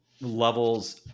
levels